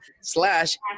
slash